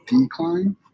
decline